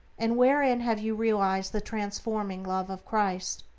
and wherein have you realized the transforming love of christ?